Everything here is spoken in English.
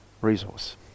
resource